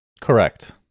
Correct